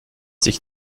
sich